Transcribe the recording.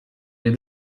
wie